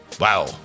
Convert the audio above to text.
Wow